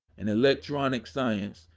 in electronic science,